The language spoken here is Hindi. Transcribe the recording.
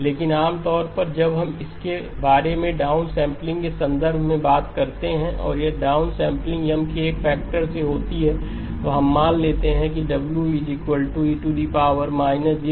लेकिन आमतौर पर जब हम इसके बारे में डाउन सैंपलिंग के संदर्भ में बात करते हैं और यदि डाउन सैंपलिंग M के एक फैक्टर से होती है तो हम मान लेते हैं कि W e j2kM